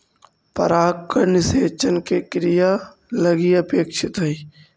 परागण निषेचन के क्रिया लगी अपेक्षित हइ